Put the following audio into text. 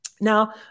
Now